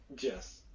Yes